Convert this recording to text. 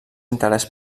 interès